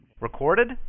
Recorded